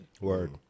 Word